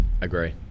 Agree